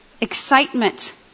excitement